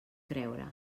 creure